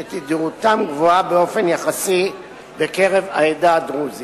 שתדירותם גבוהה באופן יחסי בקרב העדה הדרוזית.